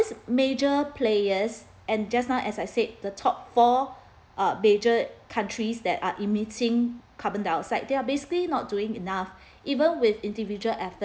major players and just now as I said the top four uh major countries that are emitting carbon dioxide they're basically not doing enough even with individual efforts